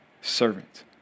servant